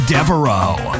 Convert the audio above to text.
Devereaux